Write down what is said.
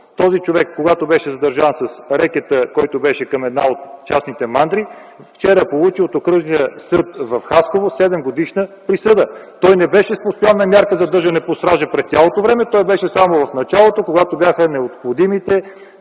този човек, когато беше задържан с рекета, който беше към една от частните мандри, вчера получи от Окръжния съд в Хасково 7-годишна присъда. Той не беше с постоянна мярка задържане под стража през цялото време, той беше само в началото, когато бяха необходимите